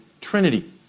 Trinity